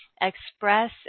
express